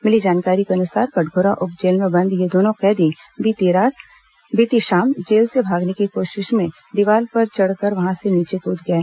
मिली जानकारी के अनुसार कटघोरा उप जेल में बंद ये दोनों कैदी बीती शाम जेल से भागने की कोशिश में दीवार पर चढ़कर वहां से नीचे कूद गए